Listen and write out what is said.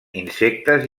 insectes